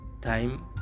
time